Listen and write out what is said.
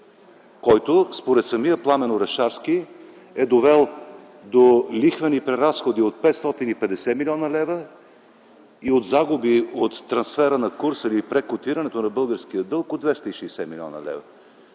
който според самия Пламен Орешарски е довел до лихвените разходи от 550 млн. лв. и до загуби от трансфера на курса или прекотирането на българския дълг от 260 млн. лв.